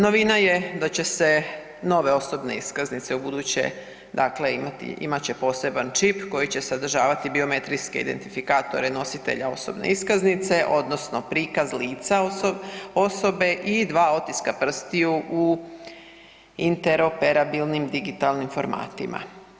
Novina je da će se nove osobne iskaznice ubuduće, dakle imati, imat će poseban čip koji će sadržavati biometrijske identifikatore nositelja osobne iskaznice odnosno prikaz lica osobe i dva otiska prstiju u interoperabilnim digitalnim formatima.